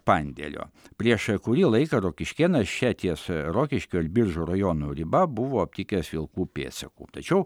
pandėlio prieš kurį laiką rokiškėnas čia ties rokiškio ir biržų rajono riba buvo aptikęs vilkų pėdsakų tačiau